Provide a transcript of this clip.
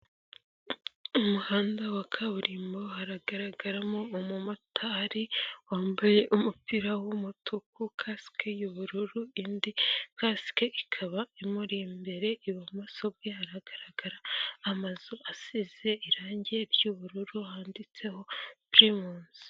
Umuhanda wa kaburimbo haragaragaramo umumotari wambaye umupira w'umutuku kasike y'ubururu, indi kasike ikaba imuri imbere ibumoso bwe haragaragara amazu asize irange ry'ubururu handitseho Primus.